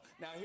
Now